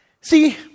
See